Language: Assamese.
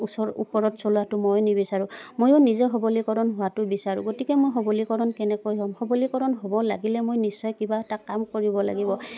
ওচৰ ওপৰত চলোৱাটো ময়ো নিবিচাৰোঁ ময়ো নিজে সবলীকৰণ হোৱাটো বিচাৰোঁ গতিকে মই সবলীকৰণ কেনেকৈ হ'ম সবলীকৰণ হ'ব লাগিলে মই নিশ্চয় কিবা এটা কাম কৰিব লাগিব